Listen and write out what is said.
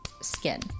skin